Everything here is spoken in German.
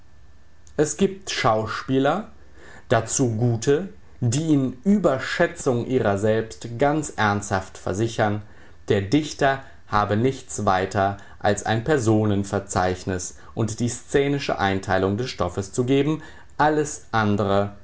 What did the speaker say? es gibt schauspieler dazu gute die in überschätzung ihrer selbst ganz ernsthaft versichern der dichter habe nichts weiter als ein personen verzeichnis und die szenische einteilung des stoffs zu geben alles andre